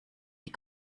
die